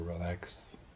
relax